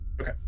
okay